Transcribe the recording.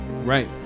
Right